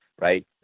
Right